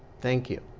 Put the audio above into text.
thank you.